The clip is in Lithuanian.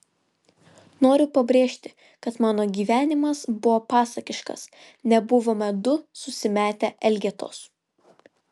noriu pabrėžti kad mano gyvenimas buvo pasakiškas nebuvome du susimetę elgetos